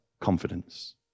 confidence